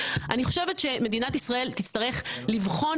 אני חושבת שמדינת ישראל תצטרך לבחון